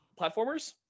platformers